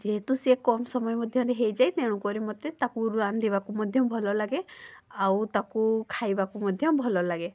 ଯେହେତୁ ସେ କମ ସମୟ ମଧ୍ୟରେ ହେଇଯାଏ ତେଣୁକରି ମତେ ତାକୁ ରାନ୍ଧିବାକୁ ମଧ୍ୟ ଭଲ ଲାଗେ ଆଉ ତାକୁ ଖାଇବାକୁ ମଧ୍ୟ ଭଲ ଲାଗେ